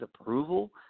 approval